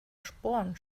sporen